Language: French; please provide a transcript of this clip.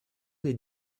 des